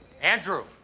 Andrew